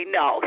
no